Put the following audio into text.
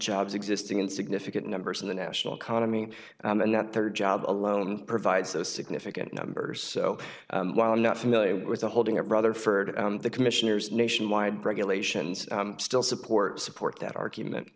jobs existing in significant numbers in the national economy and that third job alone provides a significant numbers so while i'm not familiar with the holding up rather for it the commissioners nationwide regulations still support support that argument